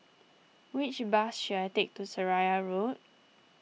which bus should I take to Seraya Road